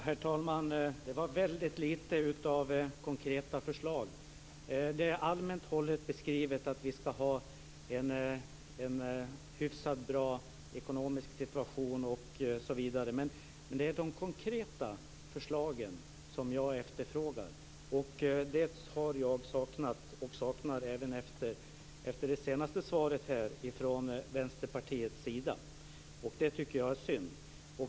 Herr talman! Det var väldigt lite av konkreta förslag. Beskrivningen är allmänt hållen: vi skall ha en hyfsat bra ekonomisk situation, osv. Men det är de konkreta förslagen som jag efterfrågar. Det har jag saknat, och jag saknar det även efter det senaste svaret från Vänsterpartiets sida. Det tycker jag är synd.